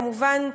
כמובן,